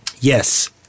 Yes